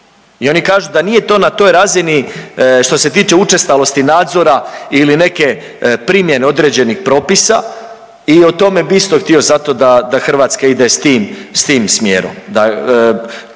i oni kažu da nije to na toj razini što se tiče učestalosti nadzora ili neke primjene određeni propisa i o tome bih isto htio zato da hrvatska ide s tim, s tim